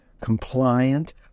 compliant